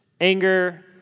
anger